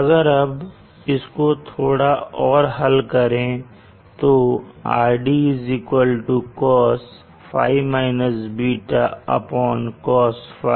अगर हम इसको थोड़ा और हल करें तो RD Cosϕ - β Cosϕ Sinωsrt ωsrt cosωsrt